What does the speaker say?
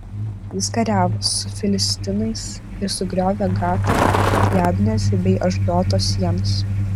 jis kariavo su filistinais ir sugriovė gato jabnės bei ašdodo sienas